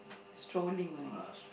strolling only